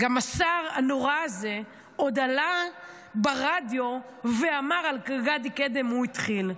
גם השר הנורא הזה עוד עלה ברדיו ואמר על גדי קדם: הוא התחיל.